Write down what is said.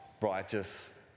righteous